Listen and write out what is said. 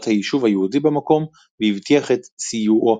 היישוב היהודי במקום והבטיח את סיועו.